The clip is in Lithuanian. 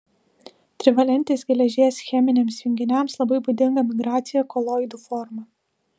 trivalentės geležies cheminiams junginiams labai būdinga migracija koloidų forma